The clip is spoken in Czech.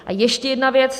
A ještě jedna věc.